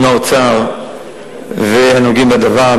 לא יכול להיות שבפריפריה,